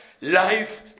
life